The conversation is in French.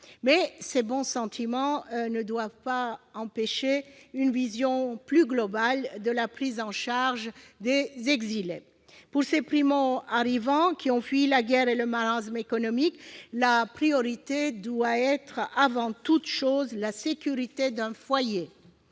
Mais ces bons sentiments ne doivent pas empêcher une vision plus globale de la prise en charge des exilés. Pour ces primoarrivants, qui ont fui la guerre et le marasme économique, la priorité doit être, avant toute chose, la sécurité d'un foyer.